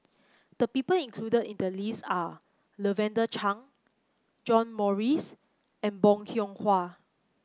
the people included in the list are Lavender Chang John Morrice and Bong Hiong Hwa